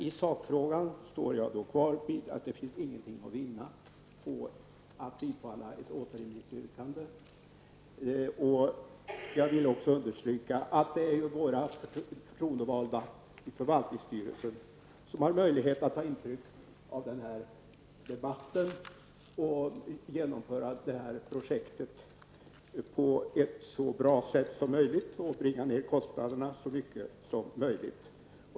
I sakfrågan står jag emellertid kvar vid att det inte finns någonting att vinna på att bifalla ett återremissyrkande. Jag vill också understryka att våra förtroendevalda i förvaltningsstyrelsen har möjlighet att ta intryck av denna debatt och genomföra detta projekt på ett så bra sätt som möjligt och bringa ned kostnaderna så mycket som möjligt.